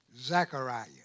Zechariah